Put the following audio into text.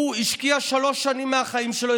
הוא השקיע שלוש שנים מהחיים שלו,